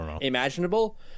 imaginable